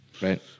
Right